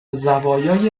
زوایای